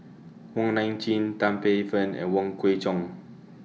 Wong Nai Chin Tan Paey Fern and Wong Kwei Cheong